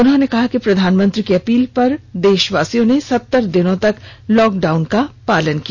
उन्होंने कहा कि प्रधानमंत्री की अपील पर देशवासियों ने सत्तर दिनों तक लॉकडाउन का पालन किया